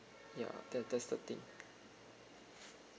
ya that that's the thing